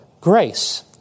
grace